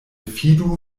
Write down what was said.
fidu